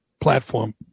platform